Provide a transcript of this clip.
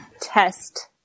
test